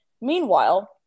Meanwhile